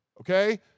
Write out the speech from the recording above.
okay